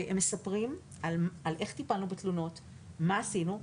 והם מספרים איך טיפלנו בתלונות ומה עשינו.